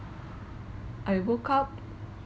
I woke up